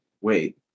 wait